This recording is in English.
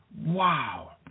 Wow